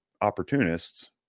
opportunists